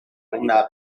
una